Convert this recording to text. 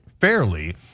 fairly